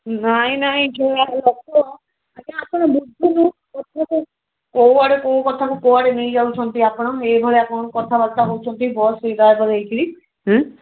ନାଇଁ ନାଇଁ ଲୋକ ଆଜ୍ଞା ଆପଣ ବୁଝୁନାହାନ୍ତି କଥାଟା କେଉଁଆଡ଼େ କେଉଁ କଥାକୁ କୁଆଡ଼େ ନେଇଯାଉଛନ୍ତି ଆପଣ ଏଇଭଳିଆ କଣ କଥାବାର୍ତ୍ତା ହଉଛନ୍ତି ବସ୍ ଡ୍ରାଇଭର୍ ହେଇକିରି